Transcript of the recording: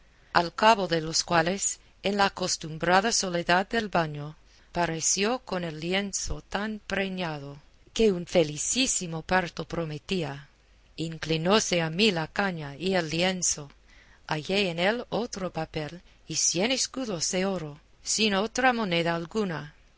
al cabo de los cuales en la acostumbrada soledad del baño pareció con el lienzo tan preñado que un felicísimo parto prometía inclinóse a mí la caña y el lienzo hallé en él otro papel y cien escudos de oro sin otra moneda alguna